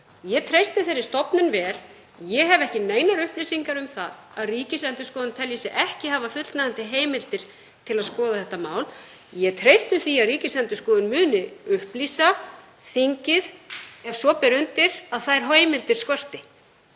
Ég treysti þeirri stofnun vel. Ég hef ekki neinar upplýsingar um það að Ríkisendurskoðun telji sig ekki hafa fullnægjandi heimildir til að skoða þetta mál. Ég treysti því að Ríkisendurskoðun muni upplýsa þingið ef svo ber undir að þær heimildir skorti.